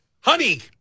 honey